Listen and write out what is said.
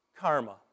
karma